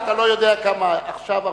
אתה לא יודע כמה עכשיו,